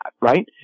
right